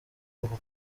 uku